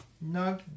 No